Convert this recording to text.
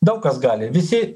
daug kas gali visi